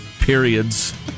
Periods